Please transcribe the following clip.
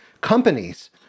companies